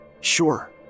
sure